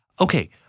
Okay